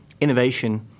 innovation